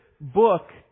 book